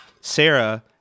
Sarah